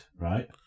right